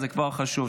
זה כבר חשוב.